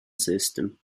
system